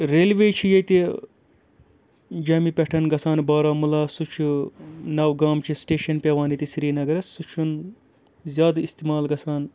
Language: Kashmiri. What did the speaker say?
ریلوے چھِ ییٚتہِ جیمہِ پٮ۪ٹھ گژھان بارہمولہ سُہ چھُ نَو گامامچہِ سٹیشَن پٮ۪وان ییٚتہِ سریٖنَگرَس سُہ چھُنہٕ زیادٕ اِستعمال گژھان